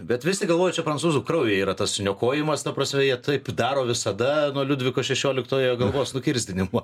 bet vis tik galvoju čia prancūzų kraujyje yra tas niokojimas ta prasme jie taip daro visada nuo liudviko šešioliktojo galvos nukirsdinimo